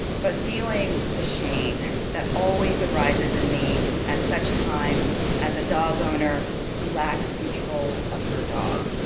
but feeling the shame that always arises in me at such times as a dog owner who lacks control of her dog,